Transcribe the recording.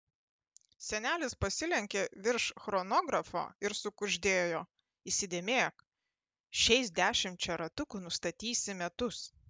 senelis pasilenkė virš chronografo ir sukuždėjo įsidėmėk šiais dešimčia ratukų nustatysi metus